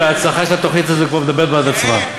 וההצלחה של התוכנית הזאת כבר מדברת בעד עצמה.